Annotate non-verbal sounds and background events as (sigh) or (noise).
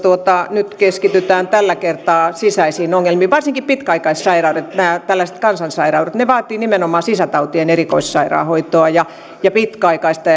nyt keskitytään tällä kertaa sisäisiin ongelmiin varsinkin pitkäaikaissairaudet nämä tällaiset kansansairaudet vaativat nimenomaan sisätautien erikoissairaanhoitoa ja ja pitkäaikaista (unintelligible)